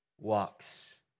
walks